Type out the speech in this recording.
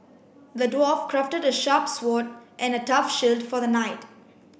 the dwarf crafted the sharp sword and a tough shield for the knight